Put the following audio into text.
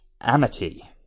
Amity